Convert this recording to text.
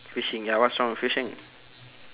fishing ya what's wrong with fishing